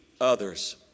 others